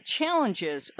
challenges